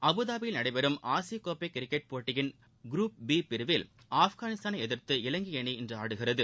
அபுதாபியில் நடைபெறும் ஆசிய கோப்பை கிரிக்கெட் போட்டியின் குரூப் பி பிரிவில் ஆப்கானிஸ்தானை எதிர்த்து இலங்கை அணி இன்று ஆடுகிறது